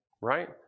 right